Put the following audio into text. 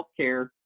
Healthcare